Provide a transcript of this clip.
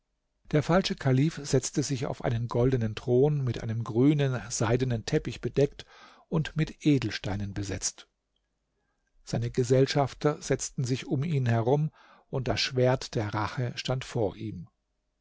der falsche kalif setzte sich auf einen goldenen thron mit einem grünen seidenen teppich bedeckt und mit edelsteinen besetzt seine gesellschafter setzten sich um ihn herum und das schwert der rache stand vor ihm